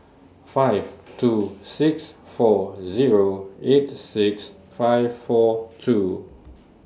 five two six four Zero eight six five four two